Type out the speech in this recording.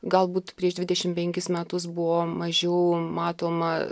galbūt prieš dvidešim penkis metus buvo mažiau matoma